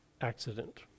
accident